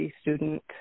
student